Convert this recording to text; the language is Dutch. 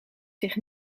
zich